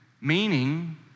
meaning